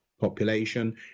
population